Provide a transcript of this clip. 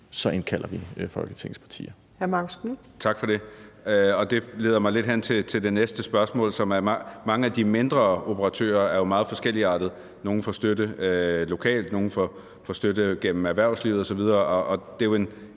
indkalder vi Folketingets partier.